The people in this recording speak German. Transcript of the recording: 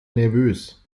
nervös